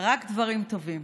רק דברים טובים.